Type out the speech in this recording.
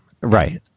right